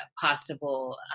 possible